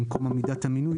במקום "עמידת המינוי",